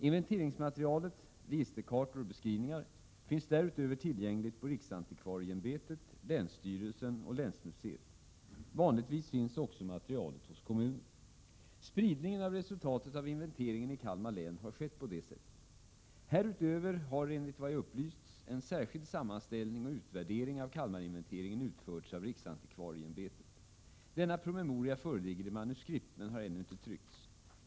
Inventeringsmaterialet — registerkartor och beskrivningar — finns därutöver tillgängligt på riksantikvarieämbetet, länsstyrelsen och länsmuseet. Vanligtvis finns också materialet hos kommunen. Spridningen av resultatet av inventeringen i Kalmar län har skett på detta sätt. Härutöver har enligt vad jag upplysts om en särskild sammanställning och utvärdering av Kalmarinventeringen utförts av riksantikvarieämbetet. Denna promemoria föreligger i manuskript, men har ännu inte tryckts.